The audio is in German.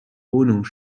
wohnung